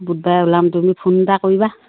বুধবাৰে ওলাম তুমি ফোন এটা কৰিবা